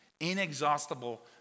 inexhaustible